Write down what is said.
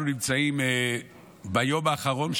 אנחנו נמצאים יום קודם,